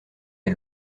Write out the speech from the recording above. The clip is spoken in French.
est